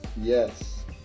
yes